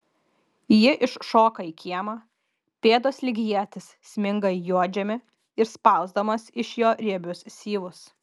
ji iššoka į kiemą pėdos lyg ietys sminga į juodžemį išspausdamos iš jo riebius syvus